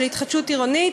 של התחדשות עירונית,